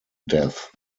death